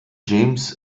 james